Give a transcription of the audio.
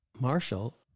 Marshall